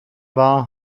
war